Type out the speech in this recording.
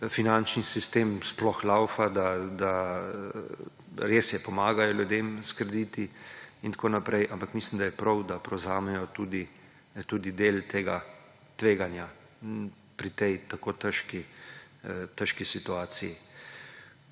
finančni sistem sploh lavfa. Res je, pomagajo ljudem s krediti in tako naprej, ampak mislim, da je prav, da prevzamejo tudi del tega tveganja pri tej tako težki situaciji.